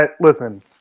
Listen